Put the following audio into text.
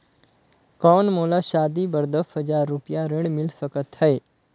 कौन मोला शादी बर दस हजार रुपिया ऋण मिल सकत है?